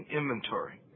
inventory